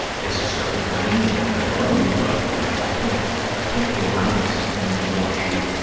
this is starting to drain me. i love you, but i can't i can't be around this and and watch you